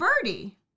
birdie